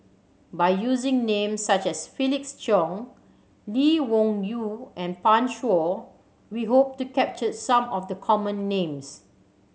by using names such as Felix Cheong Lee Wung Yew and Pan Shou we hope to capture some of the common names